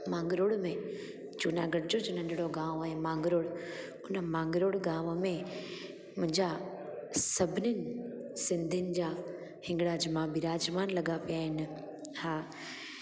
मांगरोल में जूनागढ़ जो ज नंढिणो गांव आहे मांगरोल हुन मांगरोल गांव में मुंहिंजा सभिनिनि सिंधियुनि जा हिंगलाज मां विराजमान लॻा पिया आहिनि हा